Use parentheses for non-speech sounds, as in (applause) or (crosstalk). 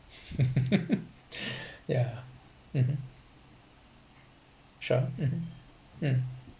(laughs) yeah mmhmm sure mmhmm um